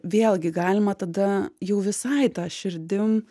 vėlgi galima tada jau visai ta širdim